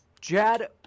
Jad